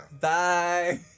Bye